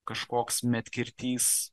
kažkoks medkirtys